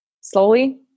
slowly